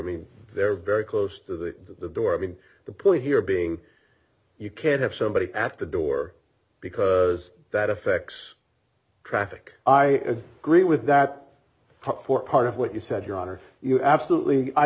mean they're very close to the door i mean the point here being you can't have somebody at the door because that affects traffic i agree with that for part of what you said your honor you absolutely i